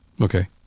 Okay